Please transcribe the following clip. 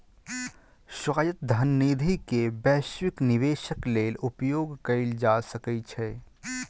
स्वायत्त धन निधि के वैश्विक निवेशक लेल उपयोग कयल जा सकै छै